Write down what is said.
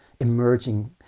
emerging